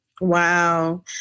Wow